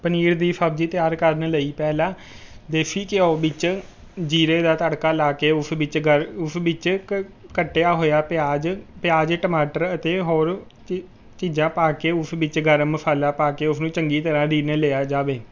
ਪਨੀਰ ਦੀ ਸਬਜ਼ੀ ਤਿਆਰ ਕਰਨ ਲਈ ਪਹਿਲਾਂ ਦੇਸੀ ਘਿਓ ਵਿੱਚ ਜ਼ੀਰੇ ਦਾ ਤੜਕਾ ਲਾ ਕੇ ਉਸ ਵਿੱਚ ਗ ਉਸ ਵਿੱਚ ਕ ਕੱਟਿਆ ਹੋਇਆ ਪਿਆਜ਼ ਪਿਆਜ਼ ਟਮਾਟਰ ਅਤੇ ਹੋਰ ਚੀ ਚੀਜ਼ਾਂ ਪਾ ਕੇ ਉਸ ਵਿੱਚ ਗਰਮ ਮਸਾਲਾ ਪਾ ਕੇ ਉਸਨੂੰ ਚੰਗੀ ਤਰ੍ਹਾਂ ਰਿੰਨ ਲਿਆ ਜਾਵੇ